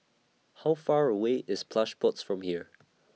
How Far away IS Plush Pods from here